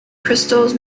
crystals